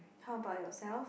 how about yourself